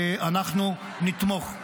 אנחנו נתמוך.